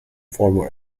former